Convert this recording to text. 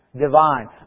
divine